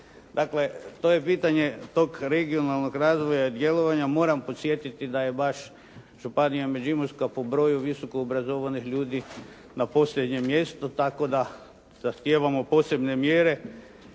Dakle, to je pitanje tog regionalnog razvoja i djelovanja. Moram podsjetiti da je vaša županija Međimurska po broju visoko obrazovanih ljudi na posljednjem mjestu, tako da zahtijevamo posebne mjere